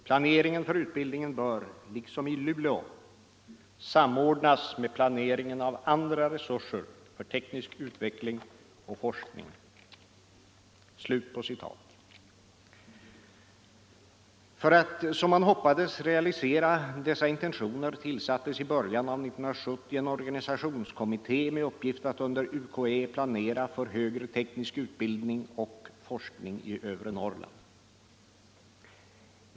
Planeringen för utbildningen bör liksom i Luleå samordnas med planeringen av andra resurser för teknisk utveckling och forskning.” För att som man hoppades realisera dessa intentioner tillsattes i början av 1970 en organisationskommitté med uppgift att under UKÄ planera för högre teknisk utbildning och forskning i övre Norrland.